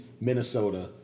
Minnesota